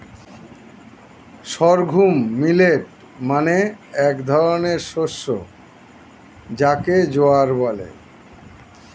sorghum millet মানে এক ধরনের শস্য যাকে জোয়ার বলে